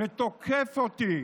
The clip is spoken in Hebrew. ותוקף אותי